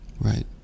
right